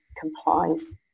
complies